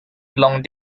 long